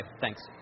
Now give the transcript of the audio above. thanks